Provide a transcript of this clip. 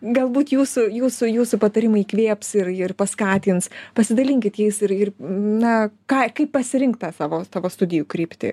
galbūt jūsų jūsų jūsų patarimai įkvėps ir ir paskatins pasidalinkite jais ir ir na ką kaip pasirinkt tą savo studijų kryptį